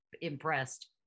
impressed